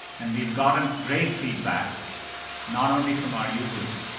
and we've gotten great feedback not only from our users,